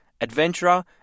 adventurer